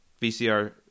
vcr